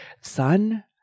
son